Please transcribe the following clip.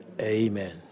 Amen